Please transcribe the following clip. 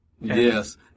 Yes